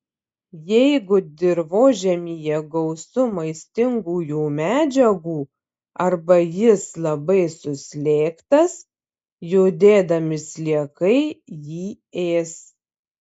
jeigu dirvožemyje gausu maistingųjų medžiagų arba jis labai suslėgtas judėdami sliekai jį ės